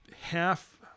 half